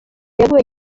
yaguwe